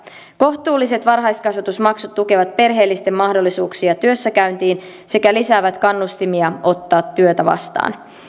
kohtuulliset varhaiskasvatusmaksut tukevat perheellisten mahdollisuuksia työssäkäyntiin sekä lisäävät kannustimia ottaa työtä vastaan